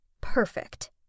Perfect